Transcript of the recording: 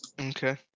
Okay